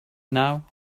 now